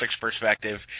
perspective